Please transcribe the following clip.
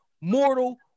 mortal